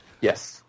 Yes